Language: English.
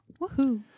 Woohoo